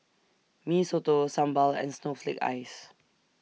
Mee Soto Sambal and Snowflake Ice